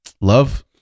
love